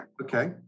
Okay